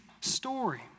story